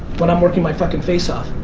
when i'm working my fucking face off.